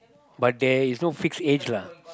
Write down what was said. but there is no fixed age lah